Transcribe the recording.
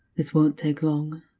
this won't take long.